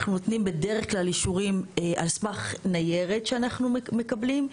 אנחנו נותנים בדרך כלל אישורים על סמך ניירת שאנחנו מקבלים,